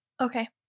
Okay